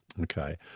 Okay